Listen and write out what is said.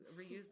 reuse